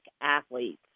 athletes